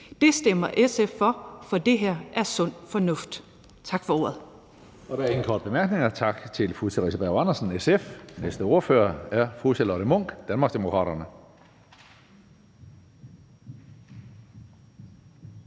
Det stemmer SF for, for det her er sund fornuft. Tak for ordet.